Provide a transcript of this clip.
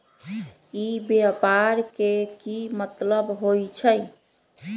ई व्यापार के की मतलब होई छई?